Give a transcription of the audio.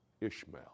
Ishmael